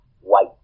white